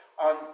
on